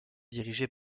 dirigée